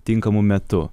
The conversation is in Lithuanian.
tinkamu metu